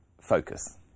focus